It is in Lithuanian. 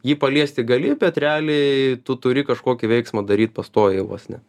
jį paliesti gali bet realiai tu turi kažkokį veiksmą daryt pastoviai vos ne